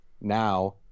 now